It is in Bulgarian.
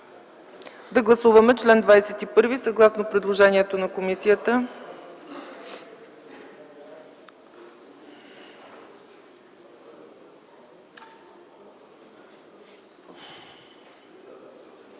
Да гласуваме чл. 21, съгласно предложението на комисията.